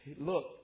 look